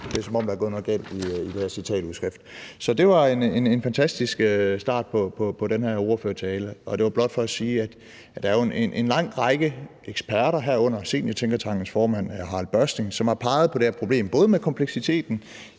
Det er, som om der er gået noget galt i det her citatudskrift. Det var en fantastisk start på den her ordførertale, men det var blot for at sige, at der jo er en lang række eksperter, herunder Seniortænketankens formand, Harald Børsting, som har peget på det her problem, både med kompleksiteten